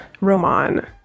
Roman